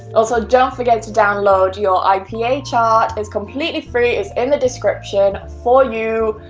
also, don't forget to download your ipa chart, it's completely free, it's in the description, for you.